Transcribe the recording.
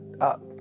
up